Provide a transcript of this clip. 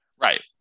Right